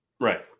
Right